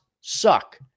suck